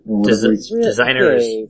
Designers